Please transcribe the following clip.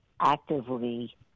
actively